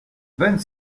vingt